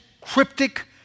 cryptic